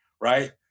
Right